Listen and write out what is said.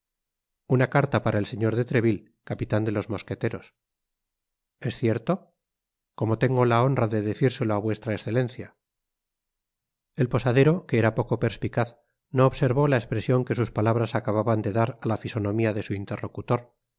una carta para el señor de treville capitan de los mosqueteros es cierto como tengo la honra de decírselo á v e el posadero que era poco perspicaz no observó la espresion que sus palabras acababan de dar á la fisonomía de su interlocutor el